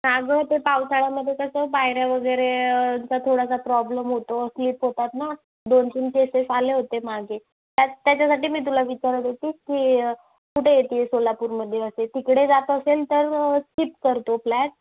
अगं ते पावसाळ्यामध्ये कसं पायऱ्या वगैरे चा थोडासा प्रॉब्लम होतो स्लीप होतात ना दोन तीन केसेस आले होते मागे त्या त्याच्यासाठीच मी तुला विचारत होती की कुठं येते आहे सोलापूरमध्ये असे तिकडे जात असेल तर स्कीप कर तो प्लॅत